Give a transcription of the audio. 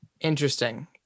Interesting